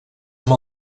amb